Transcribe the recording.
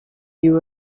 you